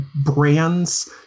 brands